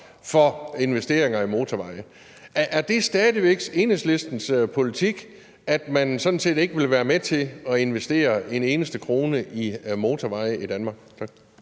for investeringer i motorveje. Er det stadig væk Enhedslistens politik, at man sådan set ikke vil være med til at investere en eneste krone i motorveje i Danmark?